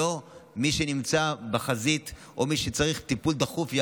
כדי שמי שנמצא בחזית או מי שצריך טיפול דחוף לא